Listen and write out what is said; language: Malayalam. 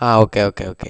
ആ ഓക്കേ ഓക്കേ ഓക്കെ